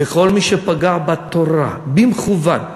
וכל מי שפגע בתורה במכוון,